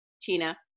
Tina